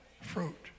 fruit